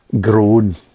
grown